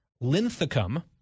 Linthicum